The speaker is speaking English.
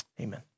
Amen